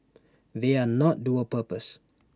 they are not dual purpose